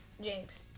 Jinx